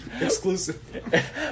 Exclusive